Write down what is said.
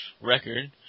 record